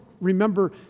remember